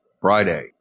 Friday